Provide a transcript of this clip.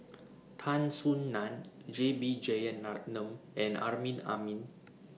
Tan Soo NAN J B Jeyaretnam and Amrin Amin